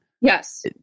yes